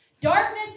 Darkness